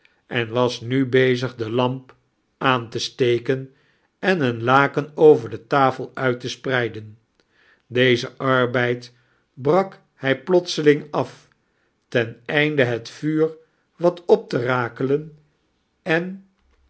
en was nu bezig de lamp aan te steken en een laken over de tafel uit te spreiden dezen arbeid brak hij plobseling a f ten einde het vuur wat op te rakelen en